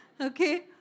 Okay